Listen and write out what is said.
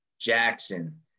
Jackson